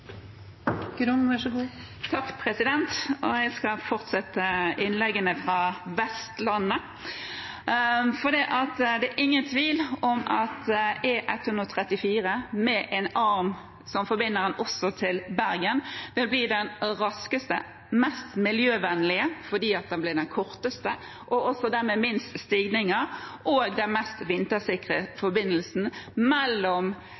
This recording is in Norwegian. ingen tvil om at E134 med en arm som forbinder den også til Bergen, vil bli den raskeste og mest miljøvennlige fordi det blir den korteste, og også den med minst stigninger. Og det vil bli den mest vintersikre forbindelsen mellom